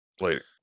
Later